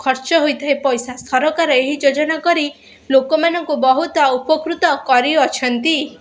ଖର୍ଚ୍ଚ ହୋଇଥାଏ ପଇସା ସରକାର ଏହି ଯୋଜନା କରି ଲୋକମାନଙ୍କୁ ବହୁତ ଉପକୃତ କରିଅଛନ୍ତି